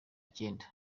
icyenda